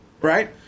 right